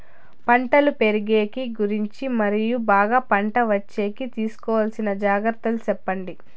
పంటలు పెరిగేకి గురించి మరియు బాగా పంట వచ్చేకి తీసుకోవాల్సిన జాగ్రత్త లు సెప్పండి?